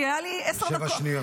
כי היה לי --- ושבע שניות.